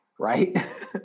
Right